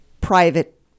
private